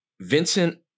Vincent